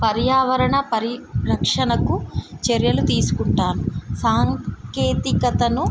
పర్యావరణ పరిరక్షణకు చర్యలు తీసుకుంటాను సాంకేతికతను